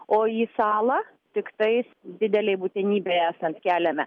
o į salą tiktais didelei būtinybei esant keliame